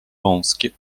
wąskie